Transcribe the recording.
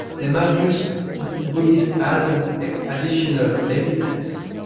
they might use the buddhists as an additional evidence,